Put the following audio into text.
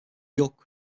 yok